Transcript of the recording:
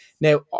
Now